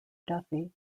duffy